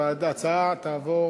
ההצעה תועבר